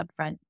upfront